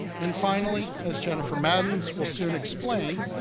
and, finally, as jennifer madans will soon explain,